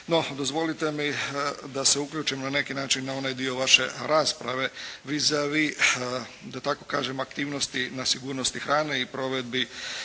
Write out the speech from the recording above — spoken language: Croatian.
No, dozvolite mi da se uključim na neki način na onaj dio vaše rasprave vis a vis, da tako kažem aktivnosti na sigurnosti hrane i provedbi